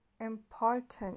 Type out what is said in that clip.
Important